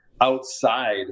outside